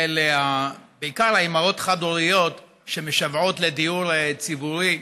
בעיקר של האימהות החד-הוריות שמשוועות לדיור ציבורי